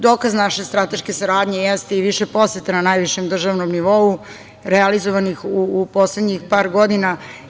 Dokaz naše strateške saradnje jeste i više poseta na najvišem državnom nivou realizovanih u poslednjih par godina.